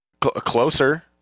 Closer